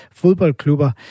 fodboldklubber